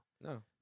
No